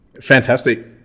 Fantastic